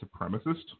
supremacist